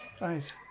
Nice